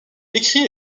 écrit